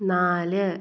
നാല്